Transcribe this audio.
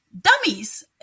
dummies